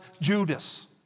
Judas